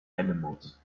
animals